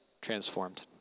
transformed